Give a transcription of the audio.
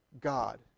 God